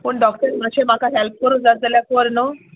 पूण डॉक्टर मातशें म्हाका हेल्प कोरूं जात जाल्यार कोर न्हू